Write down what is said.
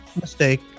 mistake